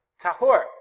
tahor